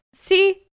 See